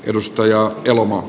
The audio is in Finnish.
edustaja ja lumo